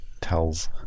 tells